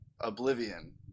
Oblivion